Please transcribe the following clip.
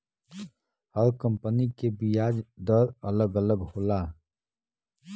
हर company के बियाज दर अलग अलग होला